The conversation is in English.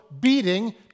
beating